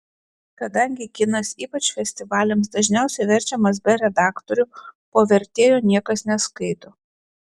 kadangi kinas ypač festivaliams dažniausiai verčiamas be redaktorių po vertėjo niekas neskaito